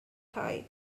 thigh